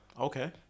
okay